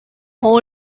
all